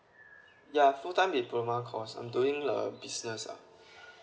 ya full time diploma course I'm doing a business lah